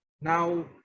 now